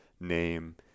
name